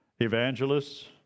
Evangelists